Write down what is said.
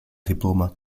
diploma